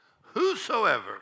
Whosoever